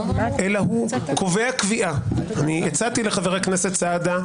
אלא הוא קובע קביעה הצעתי לחבר הכנסת סעדה,